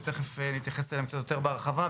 שתכף נתייחס אליהן קצת יותר בהרחבה,